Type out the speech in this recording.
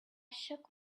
shook